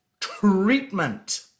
treatment